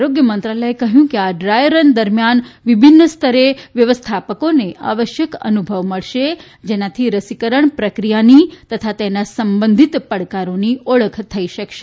આરોગ્ય મંત્રાલયે કહ્યું કે આ ડ્રાય રન દરમિયાન વિભિન્ન સ્તરે વ્યવસ્થાપકોને આવશ્યક અનુભવ મળશે જેનાથી રસીકરણ પ્રક્રિયાની તથા તેના સંબંધિત પડકારોની ઓખળ થઇ શકશે